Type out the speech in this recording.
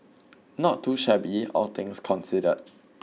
not too shabby all things considered